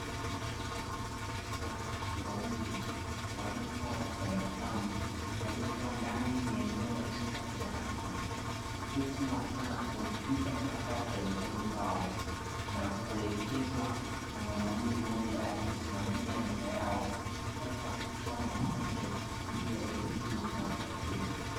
Wanawake wawili waliokuwa wakitabasamu waliokuwa ndani ya eneo la chumba cha darasa, huku wakiwa na kompyuta mpakato mezani pao; na kuelekezwa na wanaume mmoja aliyesimamia meza yao huku akitoa mafunzo juu elimu kwa watu wazima.